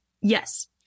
Yes